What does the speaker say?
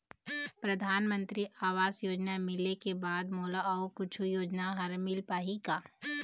परधानमंतरी आवास योजना मिले के बाद मोला अऊ कुछू योजना हर मिल पाही का?